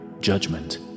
judgment